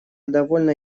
довольно